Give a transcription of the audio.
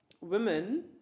women